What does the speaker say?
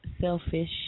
selfish